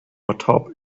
atop